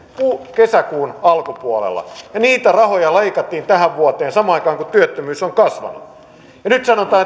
kesäkuun alkupuolella ja niitä rahoja leikattiin tähän vuoteen samaan aikaan kun työttömyys on kasvanut ja nyt sanotaan